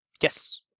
Yes